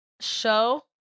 show